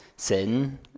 sin